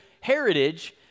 heritage